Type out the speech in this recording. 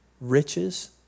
riches